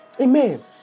Amen